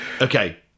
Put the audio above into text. Okay